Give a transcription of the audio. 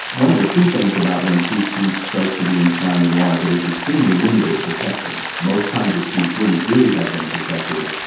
one of the key things about when free speech starts to be enshrined in law is it is extremely limited protection. most kinds of speech wouldn't really have been protected,